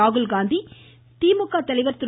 ராகுல் காந்தி திமுக தலைவா் திரு